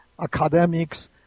academics